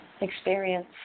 Experience